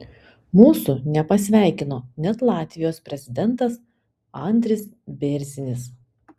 mūsų nepasveikino net latvijos prezidentas andris bėrzinis